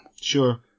Sure